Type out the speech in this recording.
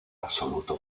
absoluto